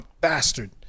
bastard